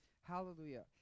Hallelujah